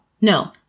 No